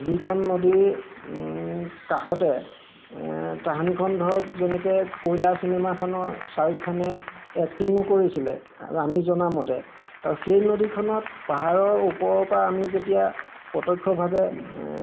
যিখন নদীৰ কাষতে তাহানিখন ধৰক যেনেকৈ কয়লা চিনেমাখনৰ শ্বাহৰুখ খানে এক্টিঙো কৰিছিলে আমি জনামতে আৰু সেই নদীখনত পাহাৰৰ ওপৰৰপৰা আমি যেতিয়া প্ৰতক্ষভাৱে